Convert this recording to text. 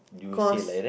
cause